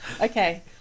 Okay